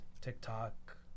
TikTok